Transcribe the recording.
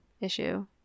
issue